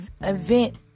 event